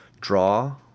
draw